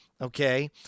Okay